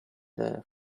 there